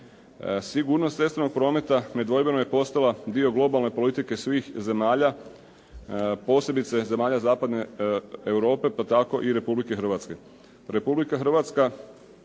Sigurnost cestovnog prometa nedvojbeno je postala dio globalne politike zemalja posebice zemalja zapadne Europe pa tako i Republike Hrvatske.